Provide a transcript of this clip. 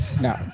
No